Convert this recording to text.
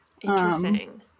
Interesting